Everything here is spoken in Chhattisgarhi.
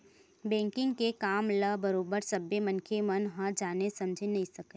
बेंकिग के काम ल बरोबर सब्बे मनखे मन ह जाने समझे नइ सकय